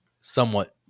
somewhat